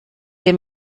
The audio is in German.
wir